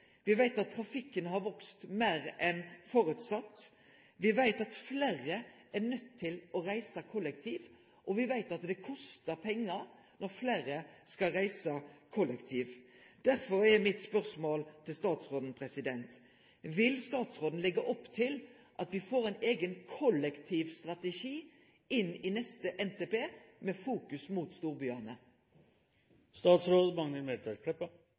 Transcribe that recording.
veit at trafikken har vakse meir enn me har venta. Me veit at fleire er nøydde til å reise kollektivt, og me veit at det kostar pengar når fleire skal reise kollektivt. Derfor er mitt spørsmål til statsråden: Vil statsråden leggje opp til at me får ein eigen kollektivstrategi inn i neste NTP, med fokus mot storbyane?